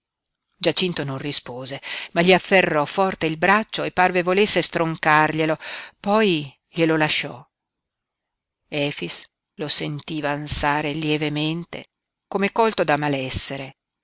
giacinto non rispose ma gli afferrò forte il braccio e parve volesse stroncarglielo poi glielo lasciò efix lo sentiva ansare lievemente come colto da malessere